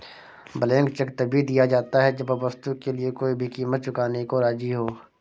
blank cheque तभी दिया जाता है जब वस्तु के लिए कोई भी कीमत चुकाने को राज़ी हो